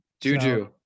juju